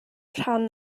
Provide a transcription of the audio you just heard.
rhan